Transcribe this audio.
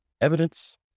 evidence